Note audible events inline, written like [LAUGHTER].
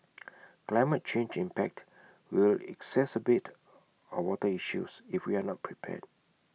[NOISE] climate change impact will exacerbate our water issues if we are not prepared